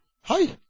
Hi